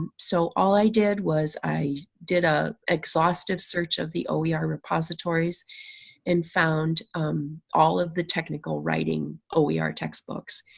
so all i did was i did ah exhaustive search of the oer ah repositories and found um all of the technical writing oer ah textbooks.